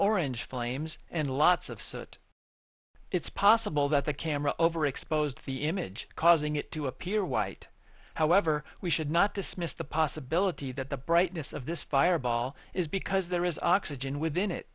orange flames and lots of so that it's possible that the camera over exposed the image causing it to appear white however we should not dismiss the possibility that the brightness of this fireball is because there is oxygen within it